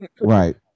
Right